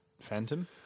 Phantom